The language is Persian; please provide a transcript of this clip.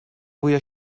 بوی